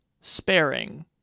sparing